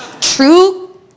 true